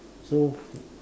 so